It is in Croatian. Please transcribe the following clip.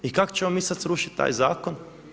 I kako ćemo mi sada srušiti taj zakon?